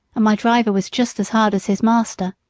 my driver was just as hard as his master.